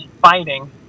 fighting